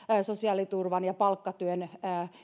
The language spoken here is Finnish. sosiaaliturvan ja palkkatyön